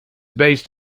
based